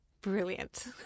Brilliant